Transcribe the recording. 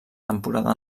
temporada